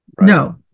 no